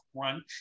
crunch